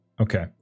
Okay